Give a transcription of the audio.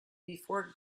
before